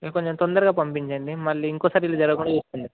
కొంచెం తొందరగా పంపించండి మళ్లీ ఇంకొకసారి ఇలా జరగకుండా చూసుకోండి